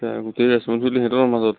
গোটেই ৰেছপন্সিবিলটি সিহঁতৰ মাজত